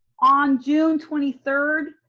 on june twenty third,